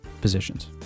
positions